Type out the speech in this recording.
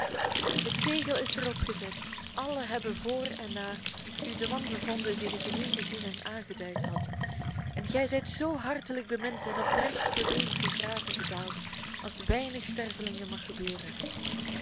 het zegel is er op gezet allen hebben voor en na u den man bevonden dien ik in u gezien en aangeduid had en gij zijt zoo hartelijk bemind en oprecht beweend ten grave gedaald als weinigen stervelingen mag gebeuren